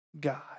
God